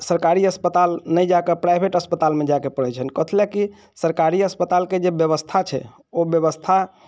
सरकारी अस्पताल नहि जाके प्राइवेट अस्पतालमे जायके पड़ैत छनि कथी लऽ की सरकारी अस्पतालके जे व्यवस्था छै ओ व्यवस्था